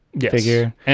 figure